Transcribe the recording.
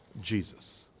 Jesus